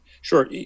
Sure